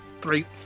Three